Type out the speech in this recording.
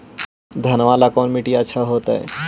घनमा ला कौन मिट्टियां अच्छा होतई?